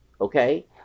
Okay